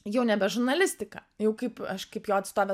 jau nebe žurnalistika jau kaip aš kaip jo atstovė